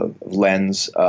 Lens